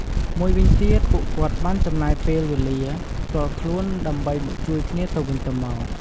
មួយវិញទៀតពួកគាត់បានចំណាយពេលវេលាផ្ទាល់ខ្លួនដើម្បីមកជួយគ្នាទៅវិញទៅមក។